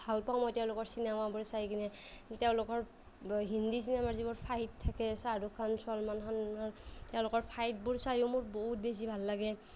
ভাল পাওঁ মই তেওঁলোকৰ চিনেমাবোৰ চাই কিনে তেওঁলোকৰ হিন্দী চিনেমাবোৰ যিবোৰ ফাইট থাকে শ্বাহৰুখ খান ছলমানৰ খান তেওঁলোকৰ ফাইটবোৰ চাইও মোৰ বহুত বেছি ভাল লাগে